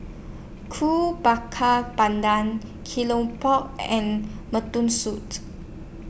Ko Bakar Pandan Keropok and Mutton suit